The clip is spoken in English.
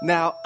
Now